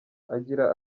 agira